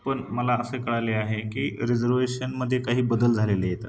पण मला असे कळले आहे की रिझर्वेशनमध्ये काही बदल झालेले आहेत